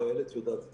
אולי איילת יודעת.